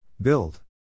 Build